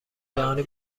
جهانی